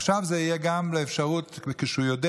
עכשיו זה יהיה גם לאפשרות שכשהוא יודע